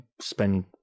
spend